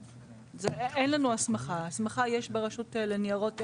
אין לנו הסמכה; הסמכה יש ברשות ניירות ערך.